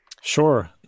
Sure